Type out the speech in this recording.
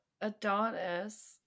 Adonis